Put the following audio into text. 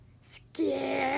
scared